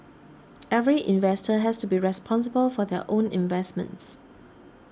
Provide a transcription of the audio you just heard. every investor has to be responsible for their own investments